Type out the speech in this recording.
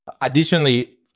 Additionally